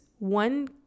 One